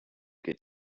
get